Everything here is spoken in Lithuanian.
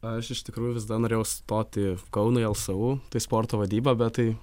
aš iš tikrųjų visada norėjau stoti į kauną lsu tai sporto vadyba bet tai